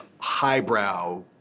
highbrow